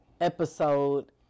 episode